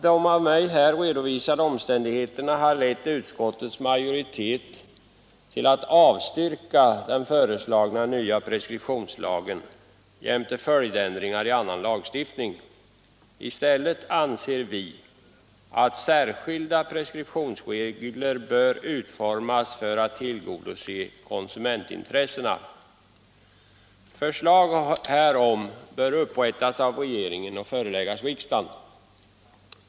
De av mig redovisade omständigheterna har föranlett utskottets majoritet att avstyrka den föreslagna nya preskriptionslagen jämte följdändringar i annan lagstiftning. I stället anser vi att särskilda preskriptionsregler bör utformas för att tillgodose konsumentintressena. Förslag härom bör upprättas av regeringen och föreläggas riksdagen.